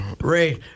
Ray